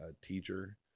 teacher